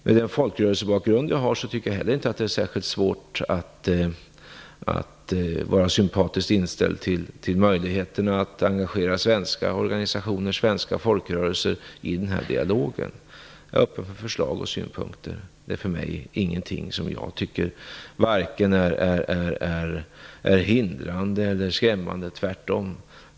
Med den folkrörelsebakgrund som jag har tycker jag inte heller att det är särskilt svårt att vara sympatiskt inställd till möjligheterna att engagera svenska folkrörelser och organisationer i den här dialogen. Jag är öppen för förslag och synpunkter. Detta är för mig inte något vare sig hindrande eller skrämmande, tvärtom.